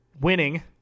winning